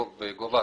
וגובה הקנס.